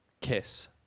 kiss